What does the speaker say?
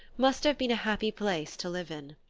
must have been a happy place to live in.